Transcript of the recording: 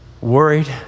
worried